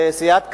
לסיעת קדימה,